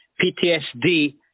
PTSD